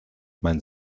mein